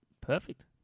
perfect